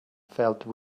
felt